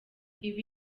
ibi